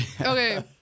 Okay